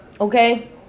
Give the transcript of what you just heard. Okay